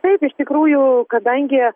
taip iš tikrųjų kadangi